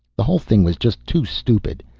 the whole thing was just too stupid.